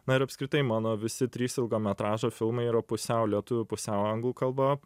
na ir apskritai mano visi trys ilgo metražo filmai yra pusiau lietuvių pusiau anglų kalba